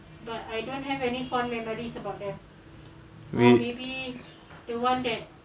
we